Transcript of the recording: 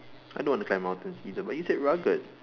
I don't want to climb mountains either but you said rugged